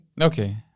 Okay